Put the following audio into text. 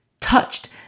touched